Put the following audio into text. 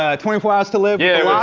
ah twenty four hours to live. yeah